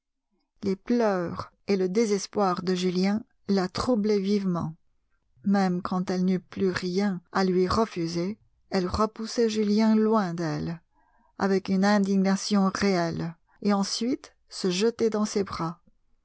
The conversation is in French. les pleurs et le désespoir de julien la troublaient vivement même quand elle n'eut plus rien à lui refuser elle repoussait julien loin d'elle avec une indignation réelle et ensuite se jetait dans ses bras